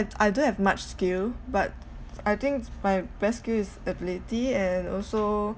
I don't have much skill but I think my best skill is ability and also